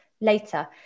later